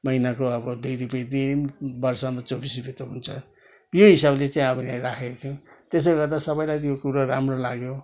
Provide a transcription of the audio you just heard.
महिनाको अब दुई रुपियाँ दिए पनि वर्षमा चौबिस रुपियाँ त हुन्छ यही हिसाबले चाहिँ अब यहाँ राखेको थियो त्यसो गर्दा सबैलाई यो कुरो राम्रो लाग्यो